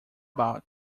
about